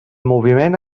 moviment